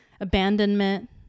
abandonment